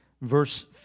verse